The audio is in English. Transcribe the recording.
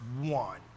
one